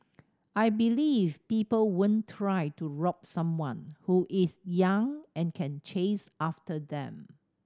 I believe people won't try to rob someone who is young and can chase after them